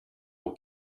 will